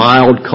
Mild